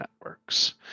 networks